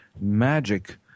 magic